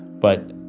but